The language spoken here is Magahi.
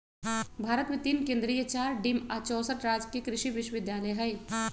भारत मे तीन केन्द्रीय चार डिम्ड आ चौसठ राजकीय कृषि विश्वविद्यालय हई